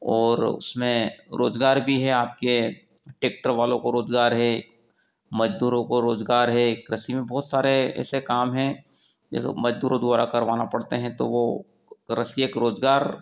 और उसमें रोजगार भी है आपके टेक्टर वालों को रोजगार है मजदूरों को रोजगार हे कृषि में बहुत सारे ऐसे काम हैं जिसे मजदूरों द्वारा करवाना पड़ते हैं तो वो कृषि एक रोजगार